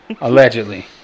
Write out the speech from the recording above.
Allegedly